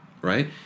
right